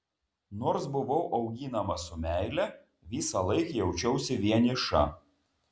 nors buvau auginama su meile visąlaik jaučiausi vieniša